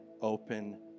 open